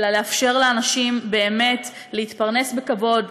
אלא לאפשר לאנשים להתפרנס בכבוד,